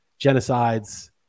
genocides